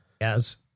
Yes